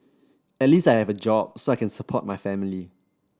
at least I have a job so I can support my family